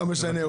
לא משנה.